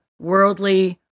worldly